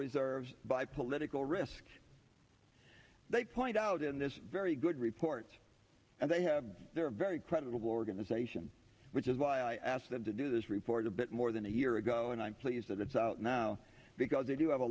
reserves by political risk they point out in this very good report and they have their very credible organization which is why i asked them to do this report a bit more than a year ago and i'm pleased that it's out now because they do have a